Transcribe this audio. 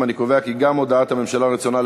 המשק יצמח,